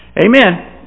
Amen